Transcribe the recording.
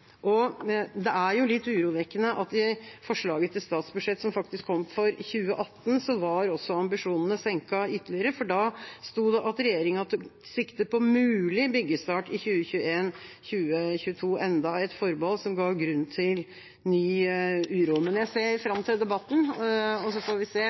etter. Det er jo litt urovekkende at ambisjonene var senket ytterligere i forslaget til statsbudsjett for 2018, for da sto det at regjeringa tok sikte på mulig byggestart i 2021/2022 – enda et forbehold som ga grunn til ny uro. Men jeg ser fram til debatten, og så får vi se